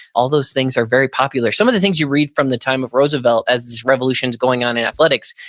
all those things are very popular. some of the things you read from the time of roosevelt as this revolution is going on in athletics,